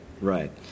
Right